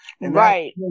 Right